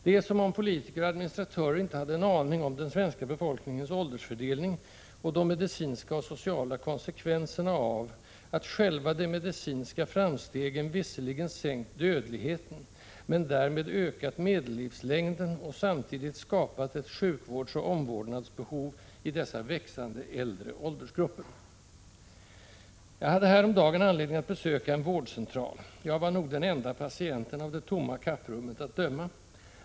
Det är som om politiker och administratörer inte hade en aning om den svenska befolkningens åldersfördelning och de medicinska och sociala konsekvenserna av att själva de medicinska framstegen visserligen sänkt dödligheten och därmed ökat medellivslängden men samtidigt skapat ett ökat sjukvårdsoch omvårdnadsbehov i dessa växande äldre åldersgrupper. Jag hade häromdagen anledning att besöka en vårdcentral. Jag var nog den enda patienten, av det tomma kapprummet att döma.